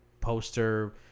poster